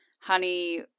honey